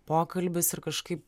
pokalbis ir kažkaip